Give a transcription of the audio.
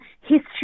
history